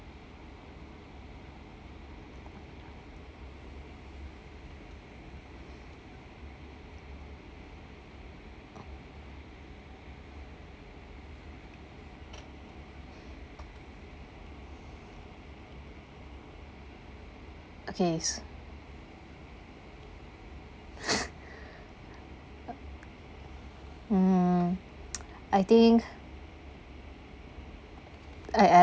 okay s~ mm I think I I